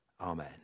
amen